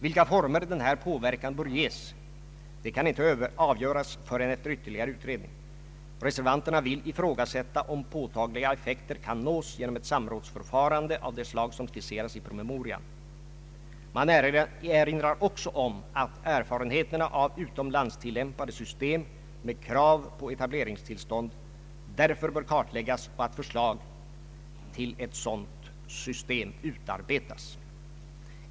Vilka former den här påverkan bör ges kan inte avgöras förrän efter ytterligare utredning. Reservanterna vill ifrågasätta om påtagliga effekter kan nås genom ett samrådsförfarande av det slag som skisseras i promemorian. Man erinrar också om att erfarenheterna av utomlandstillämpade system med krav på etable ringstillstånd därför bör kartläggas och att förslag till ett sådant system utarbetas.